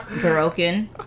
broken